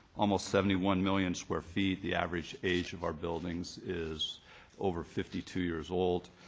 almost seventy one million square feet. the average age of our buildings is over fifty two years old.